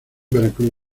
veracruz